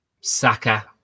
Saka